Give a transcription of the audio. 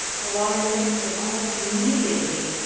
the water mixes almost immediately,